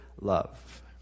love